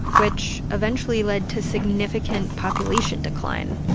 which eventually led to significant population decline,